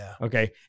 Okay